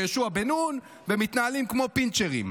יהושע בן נון ומתנהלים כמו פינצ'רים.